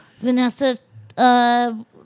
Vanessa